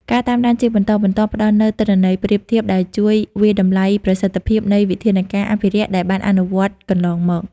ការតាមដានជាបន្តបន្ទាប់ផ្តល់នូវទិន្នន័យប្រៀបធៀបដែលជួយ វាយតម្លៃប្រសិទ្ធភាព នៃវិធានការអភិរក្សដែលបានអនុវត្តកន្លងមក។